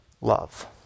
love